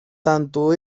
tanto